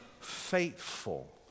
faithful